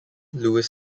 luis